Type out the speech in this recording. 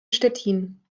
stettin